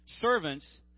servants